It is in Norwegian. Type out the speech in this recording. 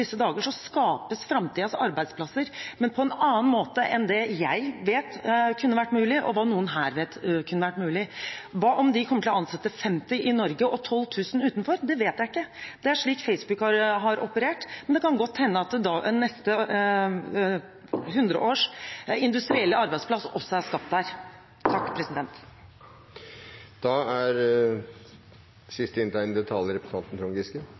dager så skapes framtidens arbeidsplasser, men på en annen måte enn det jeg vet kunne vært mulig, og hva noen her vet kunne vært mulig. Hva om de kommer til å ansette 50 i Norge og 12 000 utenfor? Det vet jeg ikke. Det er slik Facebook har operert, men det kan godt hende at neste hundreårs industrielle arbeidsplass også er skapt der.